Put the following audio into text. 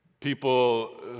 People